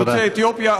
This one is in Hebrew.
יוצאי אתיופיה,